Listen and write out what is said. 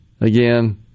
again